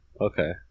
okay